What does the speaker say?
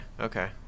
okay